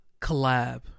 collab